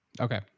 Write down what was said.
Okay